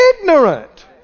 Ignorant